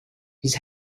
his